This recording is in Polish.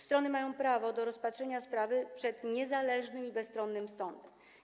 Strony mają prawo do rozpatrzenia sprawy przed niezależnym i bezstronnym sądem.